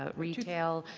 ah retail,